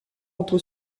entre